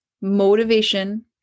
motivation